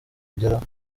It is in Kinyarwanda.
kugeraho